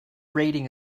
rating